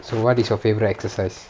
so what is your favourite exercise